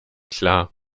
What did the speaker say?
klar